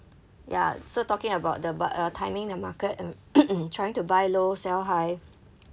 ya so talking about the bu~ uh timing the market trying to buy low sell high